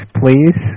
please